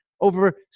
over